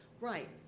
Right